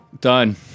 Done